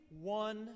one